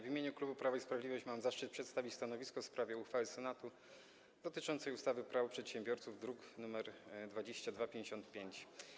W imieniu klubu Prawo i Sprawiedliwość mam zaszczyt przedstawić stanowisko w sprawie uchwały Senatu dotyczącej ustawy Prawo przedsiębiorców, druk nr 2255.